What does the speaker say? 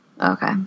Okay